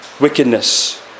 wickedness